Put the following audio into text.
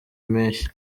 mpeshyi